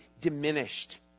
diminished